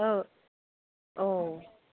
औ औ